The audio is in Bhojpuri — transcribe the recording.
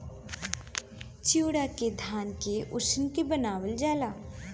चिवड़ा के धान के उसिन के बनावल जाला